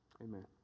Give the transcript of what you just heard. Amen